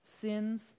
sins